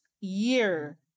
year